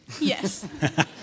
Yes